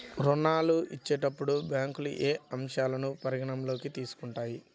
ఋణాలు ఇచ్చేటప్పుడు బ్యాంకులు ఏ అంశాలను పరిగణలోకి తీసుకుంటాయి?